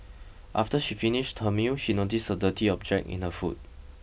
after she finished her meal she noticed a dirty object in her food